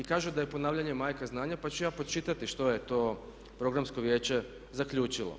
I kažu da je ponavljanje majka znanja pa ću ja pročitati što je to programsko vijeće zaključilo.